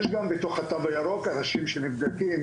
יש גם בתוך התו הירוק אנשים שנבדקים